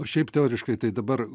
šiaip teoriškai tai dabar